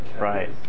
right